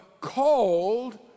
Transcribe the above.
called